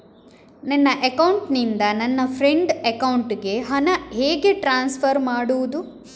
ನನ್ನ ಅಕೌಂಟಿನಿಂದ ನನ್ನ ಫ್ರೆಂಡ್ ಅಕೌಂಟಿಗೆ ಹಣ ಹೇಗೆ ಟ್ರಾನ್ಸ್ಫರ್ ಮಾಡುವುದು?